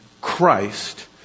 Christ